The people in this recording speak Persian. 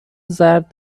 زرد